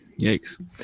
Yikes